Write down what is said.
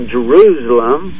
Jerusalem